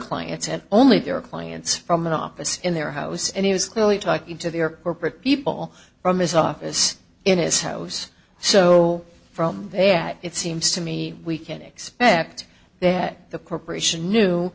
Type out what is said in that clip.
and only their clients from an office in their house and he was clearly talking to their corporate people from his office in his house so from there it seems to me we can expect that the corporation knew